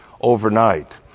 overnight